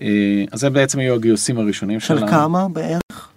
אה... אז זה בעצם יהיו הגיוסים הראשונים שלנו. של כמה בערך?